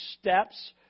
steps